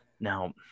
now